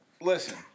Listen